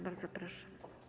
Bardzo proszę.